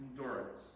endurance